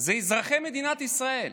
זה אזרחי מדינת ישראל.